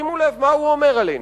שימו לב מה הוא אומר עלינו: